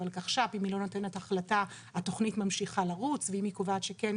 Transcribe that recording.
אם הוולקחש"פ לא נותנת החלטה התכנית ממשיכה לרוץ ואם היא קובעת שכן,